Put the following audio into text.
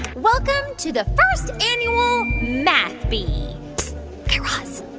welcome to the first annual math bee guy raz,